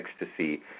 ecstasy